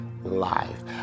Life